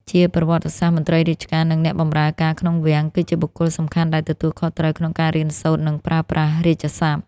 ជាប្រវត្តិសាស្ត្រ មន្ត្រីរាជការ និងអ្នកបម្រើការក្នុងវាំង គឺជាបុគ្គលសំខាន់ដែលទទួលខុសត្រូវក្នុងការរៀនសូត្រ និងប្រើប្រាស់រាជសព្ទ។